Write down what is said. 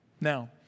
Now